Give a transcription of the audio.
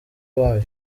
wayo